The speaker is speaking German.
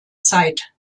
zeit